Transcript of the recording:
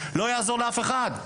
לא יעזור לאף אחד.